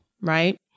right